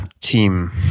team